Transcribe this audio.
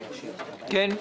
כן.